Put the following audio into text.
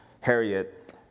Harriet